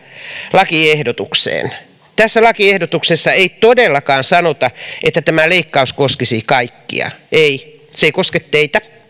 lakiehdotukseen tässä lakiehdotuksessa ei todellakaan sanota että tämä leikkaus koskisi kaikkia ei se ei koske teitä